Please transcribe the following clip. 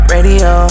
Radio